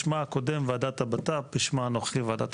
שמה הקודם היה ועדת הבט"פ ושמה הנוכחית ועדת